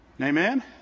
Amen